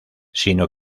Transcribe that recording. sino